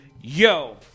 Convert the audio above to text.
Yo